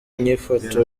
nyifato